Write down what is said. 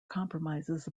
compromises